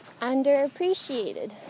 underappreciated